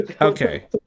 okay